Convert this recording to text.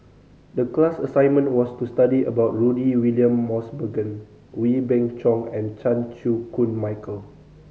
the class assignment was to study about Rudy William Mosbergen Wee Beng Chong and Chan Chew Koon Michael